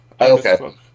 Okay